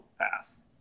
pass